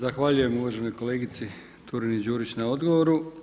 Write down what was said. Zahvaljujem uvaženoj kolegici Turini-Đurić na odgovoru.